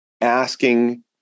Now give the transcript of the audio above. asking